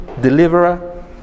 deliverer